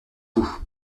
bout